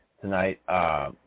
Tonight